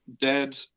dead